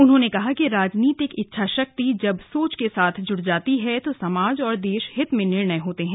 उन्होंने कहा कि राजनीतिक इच्छा शक्ति जब सोच के साथ जुड़ जाती है तो समाज और देश हित में निर्णय होते हैं